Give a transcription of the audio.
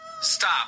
Stop